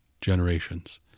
generations